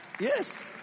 Yes